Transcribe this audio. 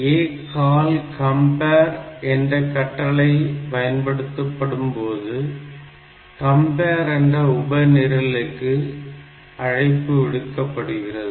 ACALL compare என்ற கட்டளை பயன்படுத்தப்படும்போது கம்பேர் என்ற உப நிரலுக்கு அழைப்பு விடுக்கப்படுகிறது